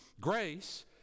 grace